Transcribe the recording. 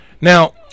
now